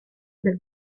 del